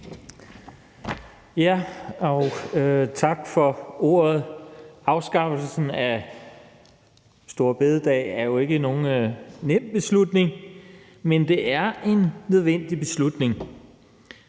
tak for ordet. Afskaffelsen af store bededag er jo ikke nogen nem beslutning, men det er en nødvendig beslutning.